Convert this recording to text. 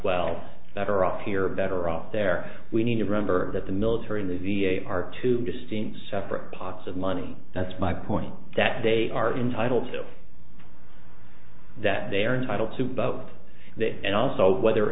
well better off here better off there we need to remember that the military and the v a are two distinct separate pots of money that's my point that they are entitled to do that they are entitled to both that and also whether